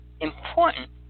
important